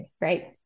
right